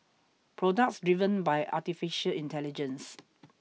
products driven by artificial intelligence